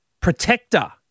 protector